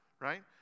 right